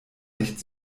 nicht